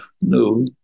no